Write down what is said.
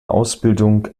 ausbildung